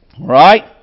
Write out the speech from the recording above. right